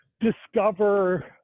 discover